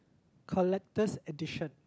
collectors' edition